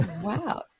Wow